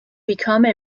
become